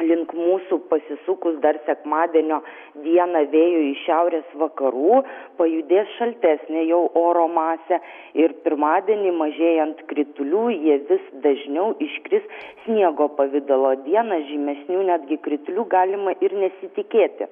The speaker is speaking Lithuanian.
link mūsų pasisukus dar sekmadienio dieną vėjui iš šiaurės vakarų pajudės šaltesnė jau oro masė ir pirmadienį mažėjant kritulių jie vis dažniau iškris sniego pavidalo dieną žymesnių netgi kritulių galima ir nesitikėti